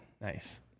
nice